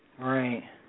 Right